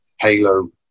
Halo